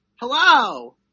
Hello